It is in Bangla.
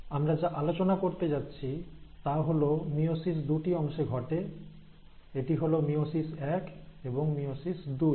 সুতরাং আমরা যা আলোচনা করতে যাচ্ছি তা হল মায়োসিস দুটি অংশে ঘটে যেটি হল মিয়োসিস এক এবং মিয়োসিস দুই